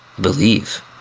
believe